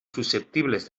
susceptibles